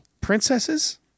Princesses